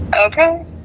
Okay